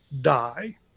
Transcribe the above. die